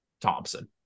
Thompson